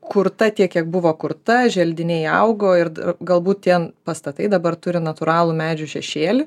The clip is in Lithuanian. kurta tiek kiek buvo kurta želdiniai augo ir galbūt tie pastatai dabar turi natūralų medžių šešėlį